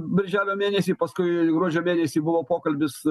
birželio mėnesį paskui gruodžio mėnesį buvo pokalbis